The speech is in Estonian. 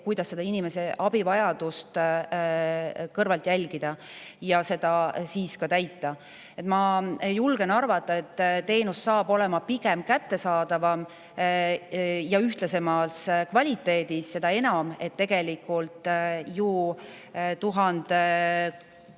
kuidas inimese abivajadust kõrvalt jälgida ja seda siis ka täita. Ma julgen arvata, et teenus hakkab olema pigem kättesaadavam ja ühtlasemas kvaliteedis, seda enam, et tegelikult see summa, mille